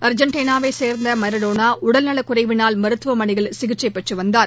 அர்ஜென்டினாவைச் சேர்ந்த மரடோனா உடல் நலக்குறைவினால் மருத்துவமனையில் சிகிச்சை பெற்று வந்தார்